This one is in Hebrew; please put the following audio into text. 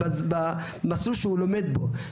במסלול שהוא לומד בו.